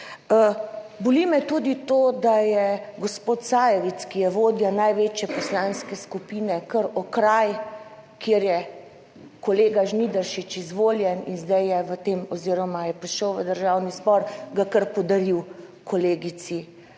Boli me tudi to, da je gospod Sajovic, ki je vodja največje poslanske skupine, kar okraj, kjer je kolega Žnidaršič izvoljen in zdaj je v tem oziroma je prišel v Državni zbor, ga kar podaril kolegici